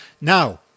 Now